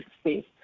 space